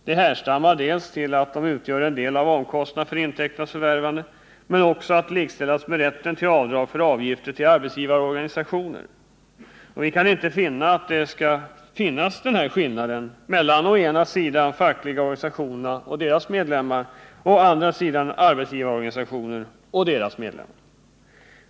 Det hänför sig dels till att de utgör en del av omkostnaderna för intäkternas förvärvande, dels till att de skall likställas med rätten till avdrag för avgifter till arbetsgivarorganisationer. Vi kan inte finna att denna skillnad skall finnas mellan å ena sidan de fackliga organisationerna och deras medlemmar, å andra sidan arbetsgivarorganisationer och deras medlemmar.